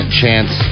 chance